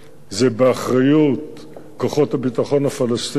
זה באחריות כוחות הביטחון הפלסטיניים.